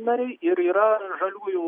nariai ir yra žaliųjų